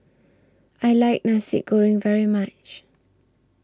I like Nasi Goreng very much